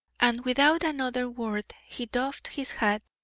and without another word he doffed his hat,